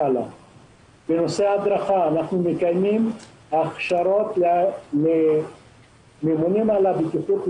בנושא הדרכה אנחנו מקיימים הכשרות לממונים על הבטיחות.